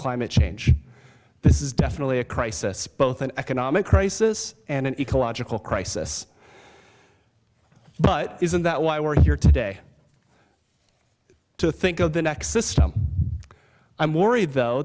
climate change this is definitely a crisis both an economic crisis and an ecological crisis but isn't that why we're here today to think of the next system i'm worried though